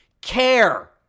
care